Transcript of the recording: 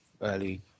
early